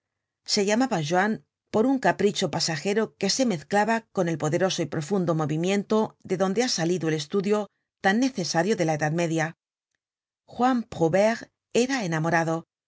se llamaba johan por un capricho pasajero que se mezclaba con el poderoso y profundo movimiento de donde ha salido el estudio tan necesario de la edad media juan prouvaire era enamorado